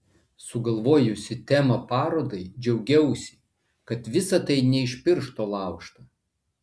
sugalvojusi temą parodai džiaugiausi kad visa tai ne iš piršto laužta